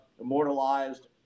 immortalized